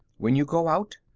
when you go out,